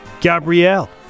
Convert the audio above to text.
Gabrielle